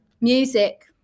Music